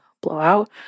blowout